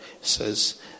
says